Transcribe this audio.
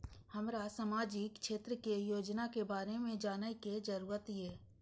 हमरा सामाजिक क्षेत्र के योजना के बारे में जानय के जरुरत ये?